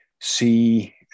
see